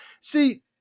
see